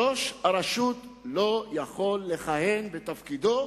ראש הרשות לא יכול לכהן בתפקידו